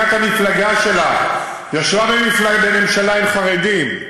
ישבה בממשלה עם חרדים,